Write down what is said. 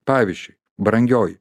pavyzdžiui brangioji